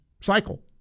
cycle